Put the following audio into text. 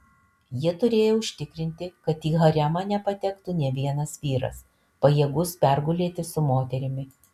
jie turėjo užtikrinti kad į haremą nepatektų nė vienas vyras pajėgus pergulėti su moterimi